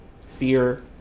fear